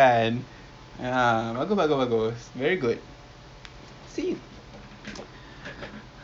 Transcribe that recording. ya ya ya betul tu maybe what we